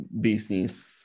business